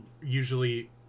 usually